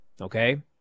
okay